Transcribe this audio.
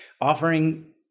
offering